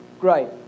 Great